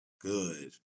Good